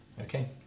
Okay